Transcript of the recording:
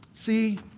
See